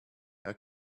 how